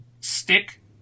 stick